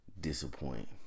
disappoint